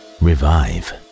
revive